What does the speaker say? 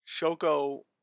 Shoko